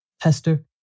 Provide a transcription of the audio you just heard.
Hester